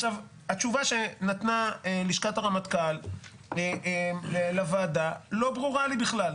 התשובה שנתנה לשכת הרמטכ"ל לוועדה לא ברורה לי בכלל.